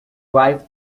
wife